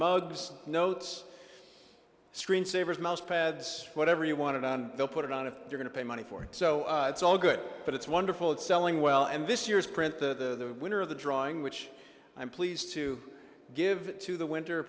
mugs notes screen savers mouse pads whatever you want it on they'll put it on if you're going to pay money for it so it's all good but it's wonderful it's selling well and this year's print the winner of the drawing which i'm pleased to give to the winter